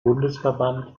bundesverband